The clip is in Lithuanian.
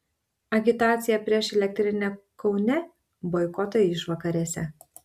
agitacija prieš elektrinę kaune boikoto išvakarėse